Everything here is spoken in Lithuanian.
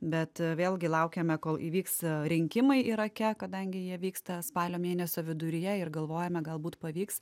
bet vėlgi laukiame kol įvyks rinkimai irake kadangi jie vyksta spalio mėnesio viduryje ir galvojame galbūt pavyks